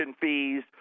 fees